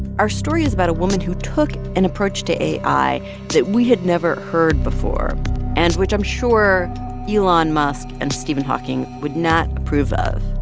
our story is about a woman who took an approach to ai ai that we had never heard before and which i'm sure elon musk and stephen hawking would not approve of.